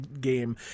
game